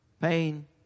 Pain